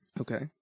Okay